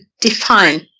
define